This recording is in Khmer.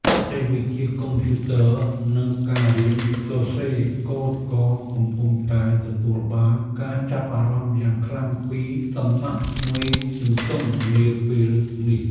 បច្ចេកវិទ្យាកុំព្យូទ័រនិងការរៀនសរសេរកូដក៏កំពុងតែទទួលបានការចាប់អារម្មណ៍យ៉ាងខ្លាំងពីសំណាក់ក្មេងជំទង់នាពេលនេះ។